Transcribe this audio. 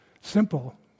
Simple